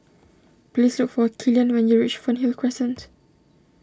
please look for Killian when you reach Fernhill Crescent